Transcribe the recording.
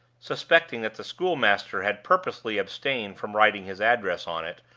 suspecting that the schoolmaster had purposely abstained from writing his address on it,